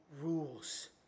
rules